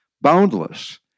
boundless